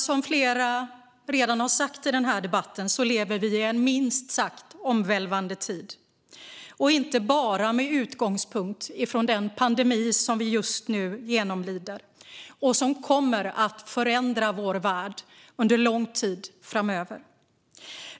Som flera redan har sagt i den här debatten lever vi i en minst sagt omvälvande tid, inte bara med utgångspunkt från den pandemi som vi just nu genomlider och som kommer att förändra vår värld under lång tid framöver.